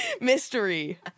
Mystery